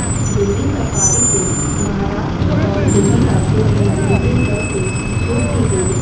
Delhi Safari को महाराष्ट्र और दिल्ली राज्यों में मनोरंजन कर से छूट दी गई है